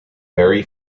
very